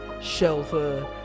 shelter